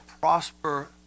prosper